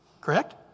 Correct